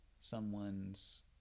someone's